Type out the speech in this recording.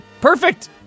Perfect